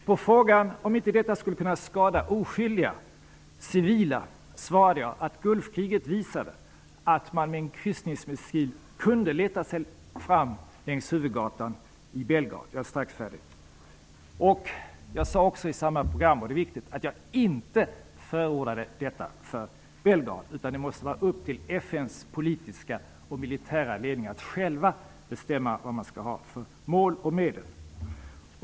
På frågan om inte detta skulle kunna skada oskyldiga civila svarade jag att Gulfkriget visade att man med en kryssningsmissil kunde leta sig fram längs huvudgatan i Belgrad. Jag sade också i samma program -- detta är viktigt -- att jag inte förordade detta för Belgrad utan att det måste vara upp till FN:s politiska och militära ledning att själva bestämma vad man skall ha för mål och medel.